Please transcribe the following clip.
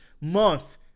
month